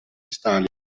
stalin